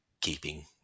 keeping